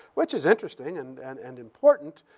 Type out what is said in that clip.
which is interesting and and and important,